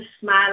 smile